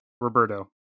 Roberto